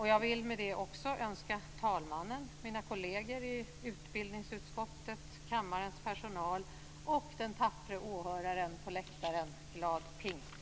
Jag vill med det också önska talmannen, mina kolleger i utbildningsutskottet, kammarens personal och den tappre åhöraren på läktaren glad pingst.